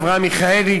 אברהם מיכאלי,